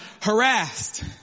harassed